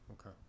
Okay